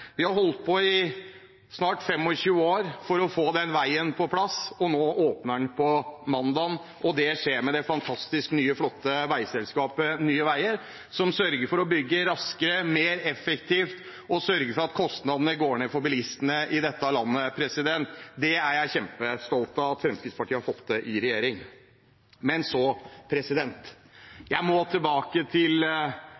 Vi har holdt på i snart 25 år for å få den veien på plass. Nå åpner den på mandag, og det skjer med det fantastisk flotte nye veiselskapet Nye Veier, som sørger for å bygge raskere og mer effektivt og sørger for at kostnadene går ned for bilistene i dette landet. Det er jeg kjempestolt av at Fremskrittspartiet har fått til i regjering. Men så: